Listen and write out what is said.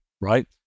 right